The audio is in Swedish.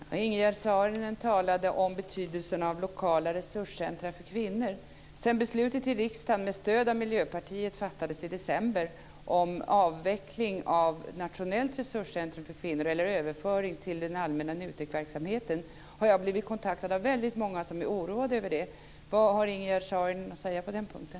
Fru talman! Ingegerd Saarinen talade om betydelsen av lokala resurscentrum för kvinnor. Sedan beslutet i riksdagen, med stöd av Miljöpartiet, fattades i december om överföring av Nationellt resurscentrum för kvinnor till den allmänna NUTEK-verksamheten har jag blivit kontaktad av väldigt många som är oroade över det. Vad har Ingegerd Saarinen att säga på den punkten?